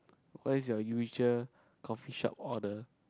what is your usual coffee shop order